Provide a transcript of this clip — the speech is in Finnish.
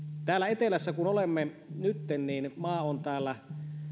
täällä etelässä jossa olemme nytten maa on täällä